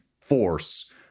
force